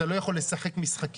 אתה לא יכול לשחק משחקים.